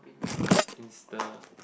all that insta